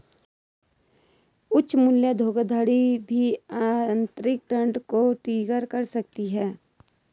उच्च मूल्य धोखाधड़ी भी अतिरिक्त दंड को ट्रिगर कर सकती है